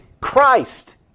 Christ